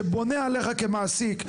שבונה עליך כמעסיק,